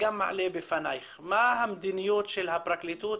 מועלית בפנייך: מה המדיניות של הפרקליטות,